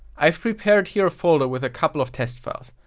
i have prepared here a folder with a couple of test files.